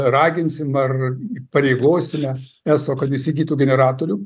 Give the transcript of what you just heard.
raginsim ar įpareigosime eso kad įsigytų generatorių